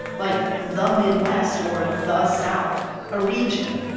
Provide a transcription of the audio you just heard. like the midwest or the south a region.